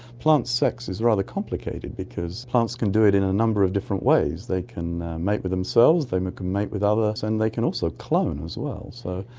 plant sex is rather complicated because plants can do it in a number of different ways, they can mate with themselves, they can mate with others, and they can also clone as well. so,